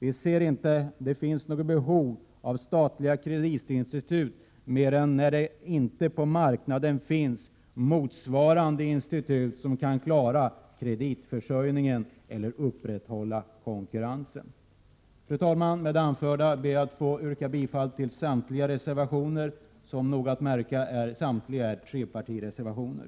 Vi ser inte att det finns något behov av statliga kreditinstitut annat än när det inte på marknaden finns motsvarande institut, som kan klara kreditförsörjningen eller upprätthålla konkurrensen. Fru talman! Med det anförda ber jag att få yrka bifall till samtliga reservationer. Att märka är att alla är trepartimotioner.